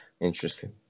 Interesting